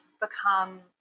become